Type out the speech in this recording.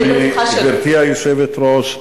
גברתי היושבת-ראש,